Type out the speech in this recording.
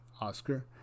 Oscar